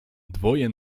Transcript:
dwoje